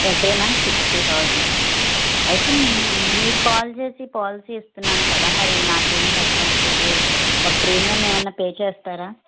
every month sixty thousand అయితే నేను మీకు కాల్ చేసి పాలసీ ఇస్తున్నాను కదా మరి నాకు ఏంటి అడ్వాంటేజ్ ఒక ప్రీమియం ఏమన్న పే చేస్తారా